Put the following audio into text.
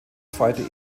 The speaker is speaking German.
zweite